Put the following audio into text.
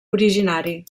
originari